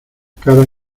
caras